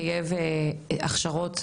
חייב הכשרות